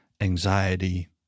anxiety